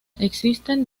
existen